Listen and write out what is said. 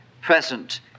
present